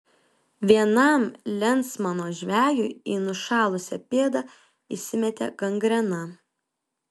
vienam lensmano žvejui į nušalusią pėdą įsimetė gangrena